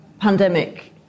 pandemic